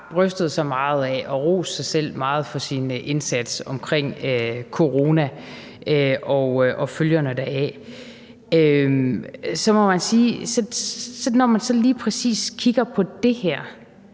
brystet sig meget af og har rost selv meget for sin indsats omkring corona og følgerne deraf, så må man sige, at når man lige præcis kigger på det her,